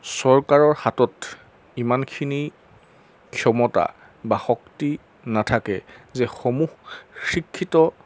চৰকাৰৰ হাতত ইমানখিনি ক্ষমতা বা শক্তি নাথাকে যে সমূহ শিক্ষিত